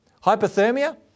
hypothermia